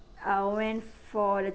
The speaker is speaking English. uh went for the